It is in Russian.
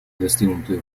достигнутые